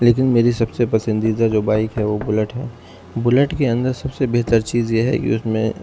لیکن میری سب سے پسندیدہ جو بائک ہے وہ بلیٹ ہے بلیٹ کے اندر سب سے بہتر چیز یہ ہے کہ اس میں